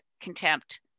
contempt